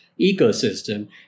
ecosystem